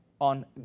on